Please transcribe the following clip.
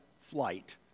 flight